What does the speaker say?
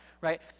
Right